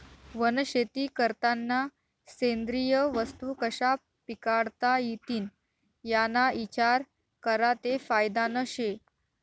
वनशेती करतांना सेंद्रिय वस्तू कशा पिकाडता इतीन याना इचार करा ते फायदानं शे